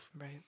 Right